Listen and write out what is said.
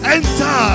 Enter